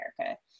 America